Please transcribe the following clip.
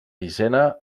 sisena